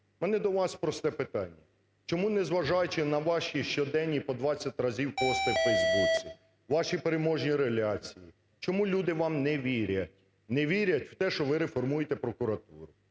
У мене до вас просте питання. Чому, незважаючи на ваші щоденні по 20 разів пости у "Фейсбуці", ваші переможні реляції, чому люди вам не вірять? Не вірять в те, що ви реформуєте прокуратуру?